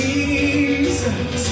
Jesus